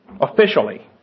Officially